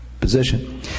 position